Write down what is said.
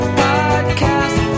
podcast